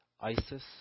Isis